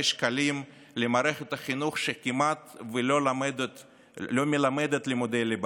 שקלים למערכת החינוך שכמעט ולא מלמדת לימודי ליבה,